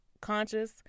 conscious